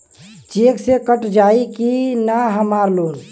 Check से कट जाई की ना हमार लोन?